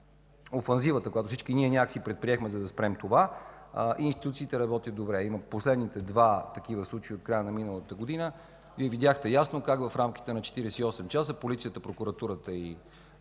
офанзивата, която всички ние предприехме, за да спрем това, институциите работят добре. В последните два случая от края на миналата година Вие видяхте ясно как в рамките на 48 часа полицията, прокуратурата и